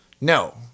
No